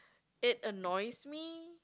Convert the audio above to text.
it annoys me